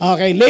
Okay